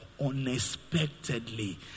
Unexpectedly